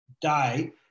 day